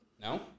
no